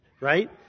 right